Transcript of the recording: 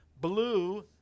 blue